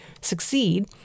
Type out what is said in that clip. succeed